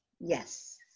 yes